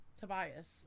tobias